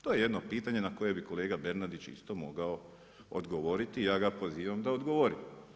To je jedno pitanje na koje bi kolega Bernardić isto mogao dogovoriti, ja ga pozivam da odgovori.